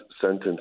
sentence